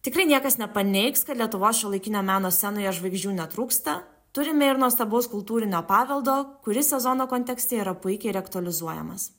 tikrai niekas nepaneigs kad lietuvos šiuolaikinio meno scenoje žvaigždžių netrūksta turime ir nuostabaus kultūrinio paveldo kuris sezono kontekste yra puikiai rektalizuojamas